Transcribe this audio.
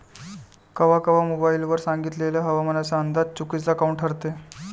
कवा कवा मोबाईल वर सांगितलेला हवामानाचा अंदाज चुकीचा काऊन ठरते?